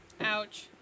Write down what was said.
Ouch